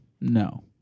no